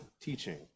teaching